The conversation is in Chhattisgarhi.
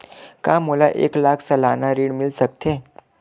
का मोला एक लाख सालाना ऋण मिल सकथे?